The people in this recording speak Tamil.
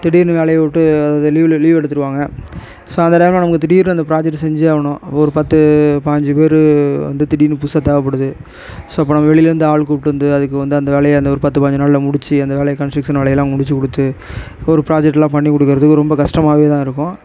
திடீர்னு வேலையை விட்டு லீவில் லீவ் எடுத்துடுவாங்க ஸோ அந்த டைமில் நமக்கு திடீர்னு அந்த ப்ராஜெக்ட்டு செஞ்சே ஆகணும் ஒரு பத்து பாஞ்சு பேர் வந்து திடீர்னு புதுசாக தேவைப்படுது ஸோ இப்போ நம்ம வெளியில் இருந்து ஆள் கூப்பிட்டு வந்து அதுக்கு வந்து அந்த வேலையை அந்த ஒரு பத்து பதினஞ்சு நாளில் முடித்து அந்த வேலை கன்ஸ்ட்ரக்ஷன் வேலையெல்லாம் முடித்து கொடுத்து ஒரு ப்ராஜெக்டெல்லாம் பண்ணி கொடுக்குறத்துக்கு ரொம்ப கஷ்டமாவே தான் இருக்கும்